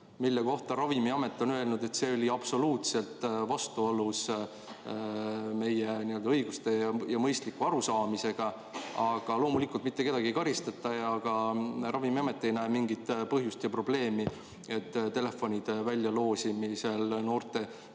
mille kohta Ravimiamet on öelnud, et see oli absoluutselt vastuolus meie õiguste ja mõistliku arusaamisega. Aga loomulikult mitte kedagi ei karistata ja ka Ravimiamet ei näe selleks mingit põhjust, ei näe probleemi, et telefonide väljaloosimisega, et